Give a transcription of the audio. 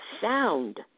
sound